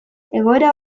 egoera